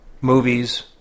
movies